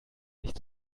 nicht